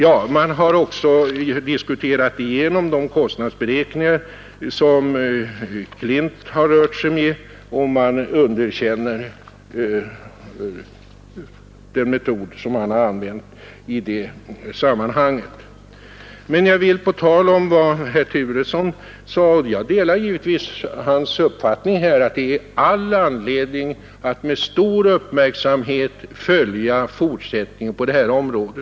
I en annan artikel redogör man också för de kostnadsberäkningar som Klint har rört sig med, och man underkänner också vad han påstår i det sammanhanget. Jag delar givetvis herr Turessons uppfattning att det är all anledning att med stor uppmärksamhet följa den fortsatta utvecklingen på detta område.